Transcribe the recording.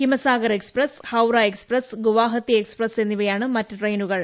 Himsagar express Howrah express Guwahati express എന്നിവയാണ് മറ്റ് ട്രെയിനുകൾ